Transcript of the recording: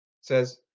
says